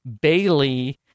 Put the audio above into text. bailey